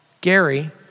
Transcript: Gary